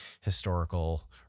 historical